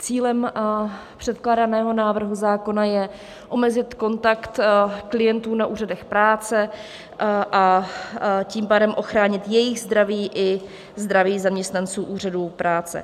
Cílem předkládaného návrhu zákona je omezit kontakt klientů na úřadech práce, a tím pádem ochránit jejich zdraví i zdraví zaměstnanců úřadů práce.